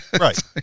right